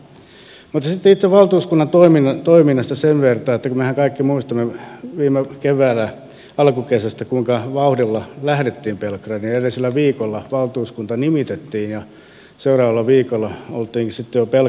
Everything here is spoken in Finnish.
mutta sitten itse valtuuskunnan toiminnasta sen verran että mehän kaikki muistamme viime alkukesästä kuinka vauhdilla lähdettiin belgradiin edellisellä viikolla valtuuskunta nimitettiin ja seuraavalla viikolla oltiinkin sitten jo belgradissa